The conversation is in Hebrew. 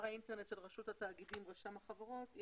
האינטרנט של רשות התאגידים רשם החברות.